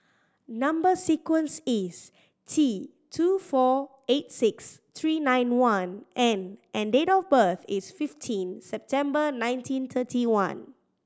number sequence is T two four eight six three nine one N and date of birth is fifteen September nineteen thirty one